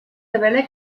revela